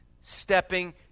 stepping